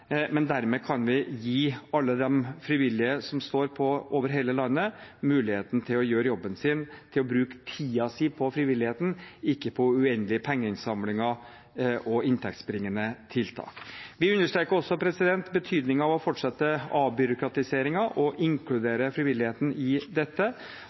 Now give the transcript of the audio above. Dermed kan vi gi alle de frivillige som står på over hele landet, muligheten til å gjøre jobben sin, til å bruke tiden sin på frivilligheten, ikke på uendelige pengeinnsamlinger og inntektsbringende tiltak. Vi understreker også betydningen av å fortsette avbyråkratiseringen og inkludere frivilligheten i dette,